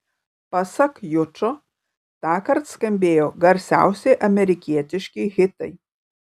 pasak jučo tąkart skambėjo garsiausi amerikietiški hitai